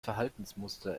verhaltensmuster